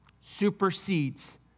supersedes